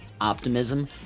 optimism